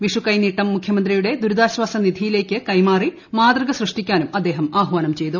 വിഷുക്കൈനീട്ടം മുഖ്യമന്ത്രിയുടെ ദുരിതാശ്വാസ നിധിയിലേയ്ക്ക് കൈമാറി മാതൃക സൃഷ്ടിക്കാനും അദ്ദേഹം ആഹ്വാനം ചെയ്തു